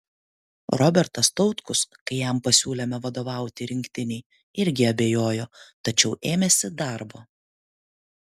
robertas tautkus kai jam pasiūlėme vadovauti rinktinei irgi abejojo tačiau ėmėsi darbo